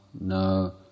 no